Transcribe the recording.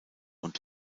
und